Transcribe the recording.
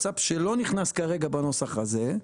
אני אומר שאם הגענו לשצ"פ שלא נכנס כרגע בנוסח הזה,